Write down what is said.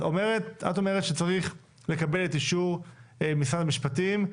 את אומרת שצריך לקבל את אישור משרד המשפטים.